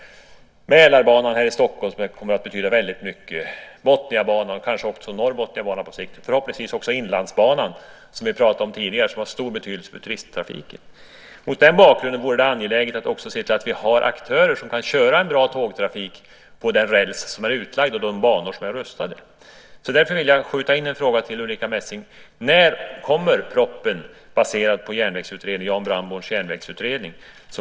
Mälarbanan i Stockholmsområdet kommer att betyda mycket, Botniabanan, kanske också Norrbotniabanan på sikt, förhoppningsvis också Inlandsbanan - som har stor betydelse för turisttrafiken. Mot den bakgrunden vore det angeläget att också se till att vi har aktörer som kan köra en bra tågtrafik på den utlagda rälsen och de banor som är rustade. När kommer propositionen baserad på Jan Brandborns järnvägsutredning?